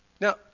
Now